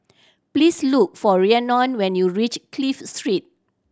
please look for Rhiannon when you reach Clive Street